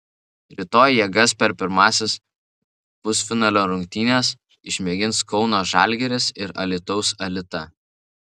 rytoj jėgas per pirmąsias pusfinalio rungtynes išmėgins kauno žalgiris ir alytaus alita